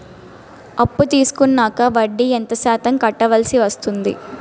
అప్పు తీసుకున్నాక వడ్డీ ఎంత శాతం కట్టవల్సి వస్తుంది?